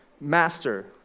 master